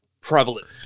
prevalent